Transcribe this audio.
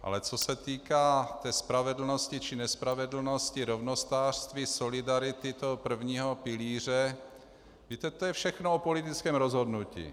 Ale co se týká té spravedlnosti či nespravedlnosti, rovnostářství, solidarity toho prvního pilíře, víte, to je všechno o politickém rozhodnutí.